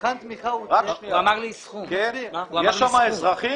יש שם אזרחים?